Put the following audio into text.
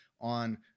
on